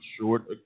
short